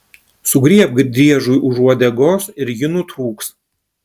sugriebk driežui už uodegos ir ji nutrūks